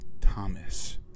Thomas